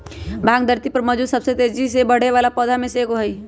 भांग धरती पर मौजूद सबसे तेजी से बढ़ेवाला पौधा में से एगो हई